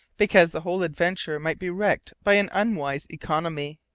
because the whole adventure might be wrecked by an unwise economy.